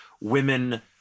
Women